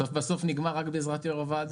זה בסוף בסוף נגמר רק בעזרת יו"ר הוועדה.